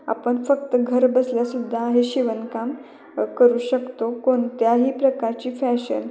आपण फक्त घरबसल्यासुद्धा हे शिवण काम करू शकतो कोणत्याही प्रकारची फॅशन